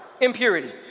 impurity